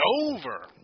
Over